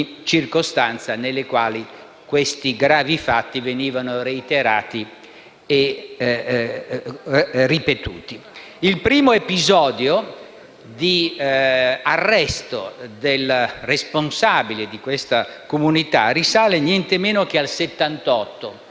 circostanza nelle quali questi gravi fatti venivano reiterati e ripetuti. Il primo episodio di arresto del responsabile di questa comunità risale nientemeno che al 1978,